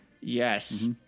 Yes